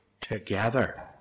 together